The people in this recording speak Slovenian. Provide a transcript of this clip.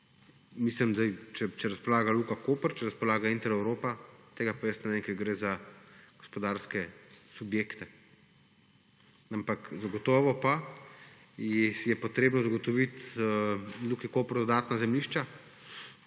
Mislim zdaj, če razpolaga Luka Koper, če razpolaga Intereuropa, tega pa jaz ne vem, ker gre za gospodarske subjekte. Ampak zagotovo pa je potrebno zagotoviti Luki Koper dodatna zemljišča,